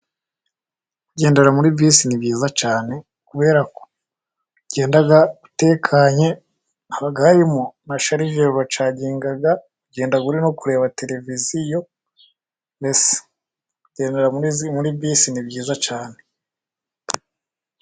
Kugendera muri bisi ni byiza cyane, kubera ko ugenda utekanye, haba harimo na sharijeri uracaginga, ugenda uri no kureba tereviziyo, mbese kugendera muri bisi ni byiza cyane.